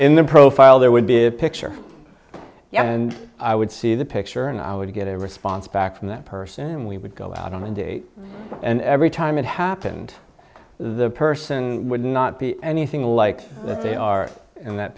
in the profile there would be a picture yeah and i would see the picture and i would get a response back from that person and we would go out on a date and every time it happened the person would not be anything like they are in that